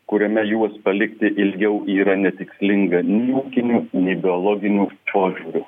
kuriame juos palikti ilgiau yra netikslinga nei ūkiniu nei biologiniu požiūriu